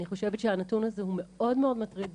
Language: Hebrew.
אני חושבת שהנתון הזה הוא מאוד מטריד,